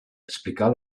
explicar